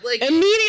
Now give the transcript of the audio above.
Immediately